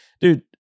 Dude